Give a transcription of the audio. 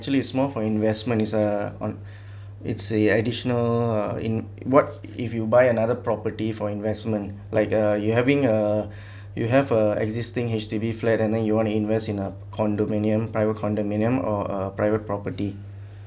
actually it's for investment is uh on it's a additional uh in what if you buy another property for investment like a you having a you have a existing H_D_B flat and then you want to invest in a condominium private condominium or a private property